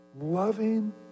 loving